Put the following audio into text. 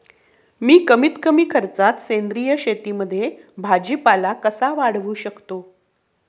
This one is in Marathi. मी कमीत कमी खर्चात सेंद्रिय शेतीमध्ये भाजीपाला कसा वाढवू शकतो?